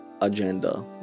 agenda